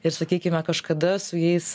ir sakykime kažkada su jais